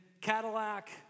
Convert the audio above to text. Cadillac